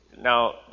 Now